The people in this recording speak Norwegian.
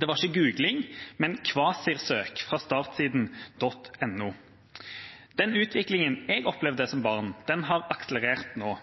Det var ikke googling, men Kvasir-søk fra startsiden.no. Den utviklingen jeg opplevde som barn, har akselerert nå.